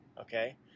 okay